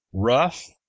rough,